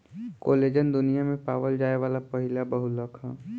collagen दुनिया में पावल जाये वाला पहिला बहुलक ह